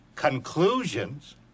conclusions